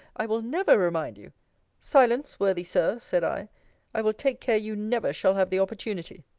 i will never remind you silence, worthy sir, said i i will take care you never shall have the opportunity.